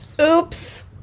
Oops